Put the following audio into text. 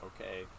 okay